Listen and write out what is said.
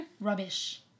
Rubbish